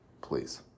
please